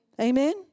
Amen